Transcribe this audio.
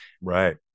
right